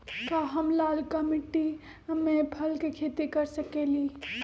का हम लालका मिट्टी में फल के खेती कर सकेली?